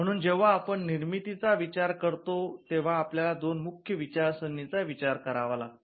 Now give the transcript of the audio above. म्हणून जेव्हा आपण निर्मितीचा विचार करतो तेव्हा आपल्याला दोन मुख्य विचारसरणीचा विचार करावा लागतो